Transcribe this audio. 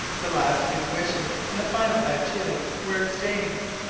the last good wishes and the final adieus were exchanged,